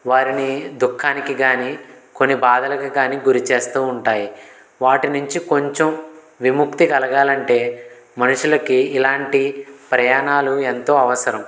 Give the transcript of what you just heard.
వారిని దుఃఖానికి కానీ కొన్ని బాధలకు గాని గురిచేస్తూ ఉంటాయి వాటి నుంచి కొంచెం విముక్తి కలగాలంటే మనుషులకి ఇలాంటి ప్రయాణాలు ఎంతో అవసరం